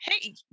Hey